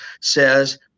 says